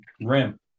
rim